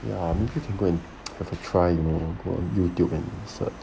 ya maybe you can go and have a try you know go on YouTube and search